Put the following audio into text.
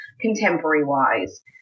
contemporary-wise